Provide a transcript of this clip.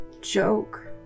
joke